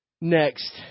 next